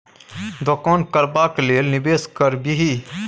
दोकान करबाक लेल निवेश करबिही